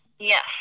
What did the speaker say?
Yes